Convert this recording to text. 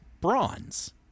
bronze